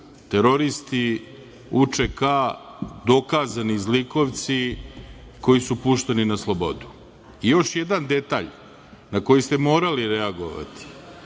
teroristi UČK, dokazani zlikovci, koji su pušteni na slobodu. Još jedan detalj, na koji ste morali reagovati.